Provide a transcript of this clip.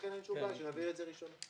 לכן אין שום בעיה שנעביר את זה בקריאה ראשונה.